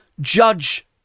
judge